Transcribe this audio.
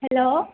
hello